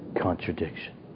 contradiction